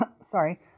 Sorry